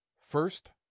First